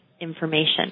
information